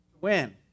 win